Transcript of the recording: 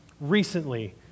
recently